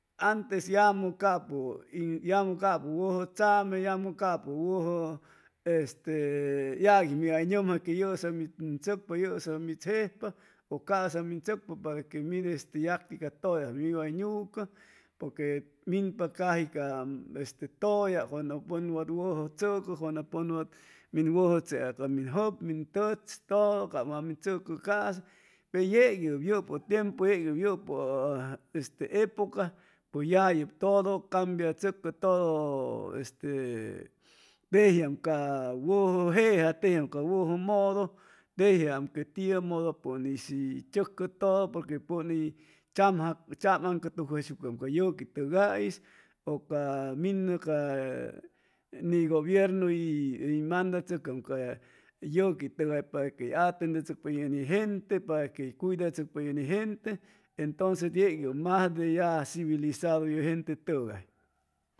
Nytes yamʉ yamʉ capʉ ʉjʉ tzame yamʉ capʉ wʉjʉ ste yagui mi way nʉmja que yʉsa mid min tzʉcpa yʉsa mid jejpa ʉ ca'sa min tzʉcpa para que mid yacti ca tʉya mi way nucʉ porque minpa caji ca este tʉya cuando pʉn wat wʉjʉ tzʉcʉ cuando pʉn wa in wʉjʉ chea ca min jʉb min tʉch todo ca wa min chʉcʉ casi pe yeg yep yʉpʉ tiempu yʉpʉ este epoca pues ya yep todo cambiachʉcʉ todo ʉ este tejiam ca wʉjʉ jeja tejiam ca wʉjʉ modo tejiam que tiʉmodo poŋ'is hʉy tzʉcʉ todo porque pʉn y chamaŋcʉtucsucaam ca yʉquitʉgais ʉ ca minʉ ca ni gobierno y hʉy mandachʉcam ca yʉquitʉgay para quey atendechʉcpa ye ni gente para query cuidachʉcpa ye ni gente entonces yei yeg majde ya civilidado ye gentetʉgay